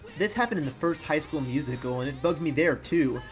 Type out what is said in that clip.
this happened in the first high school musical, and it bugged me there, too,